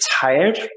tired